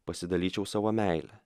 pasidalyčiau savo meile